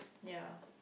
ya